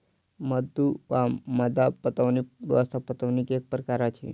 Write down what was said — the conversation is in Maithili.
मद्दु वा मद्दा पटौनी व्यवस्था पटौनीक एक प्रकार अछि